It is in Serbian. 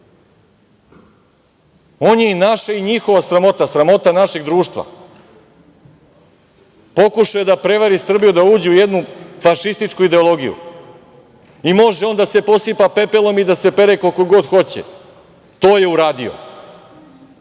On je i naša i njihova sramota, sramota našeg društva. Pokušao je da prevari Srbiju da uđe u jednu fašističku ideologiju. Može on da se posipa pepelom i da se pere koliko god hoće, to je uradio.